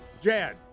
Jan